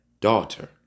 Daughter